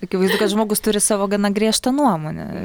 akivaizdu kad žmogus turi savo gana griežtą nuomonę